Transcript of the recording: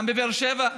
גם בבאר שבע,